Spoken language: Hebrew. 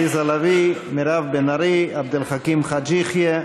עליזה לביא, מירב בן ארי, עבד אל חכים חאג' יחיא,